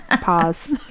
Pause